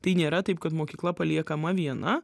tai nėra taip kad mokykla paliekama viena